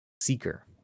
Seeker